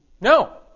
No